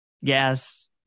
Yes